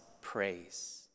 praise